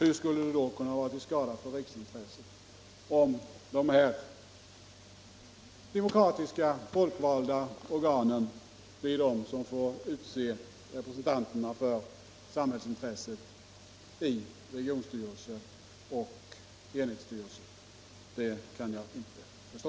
Hur skulle det då kunna vara till skada för riksintresset att dessa demokratiska folkvalda organ blir de som får utse representanterna för samhällsintresset i regionstyrelser och enhetsstyrelser? Det kan jag inte förstå.